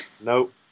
Nope